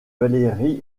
valéry